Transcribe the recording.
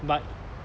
but